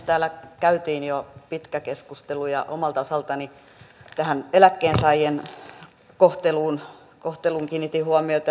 täällä käytiin jo pitkä keskustelu ja omalta osaltani tähän eläkkeensaajien kohteluun kiinnitin huomiota